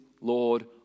Lord